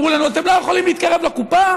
אמרנו לנו: אתם לא יכולים להתקרב לקופה.